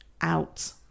out